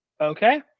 Okay